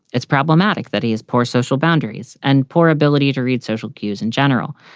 it's problematic that he has poor social boundaries and poor ability to read social cues in general.